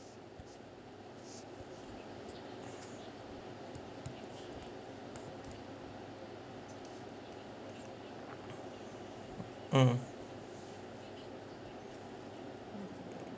mm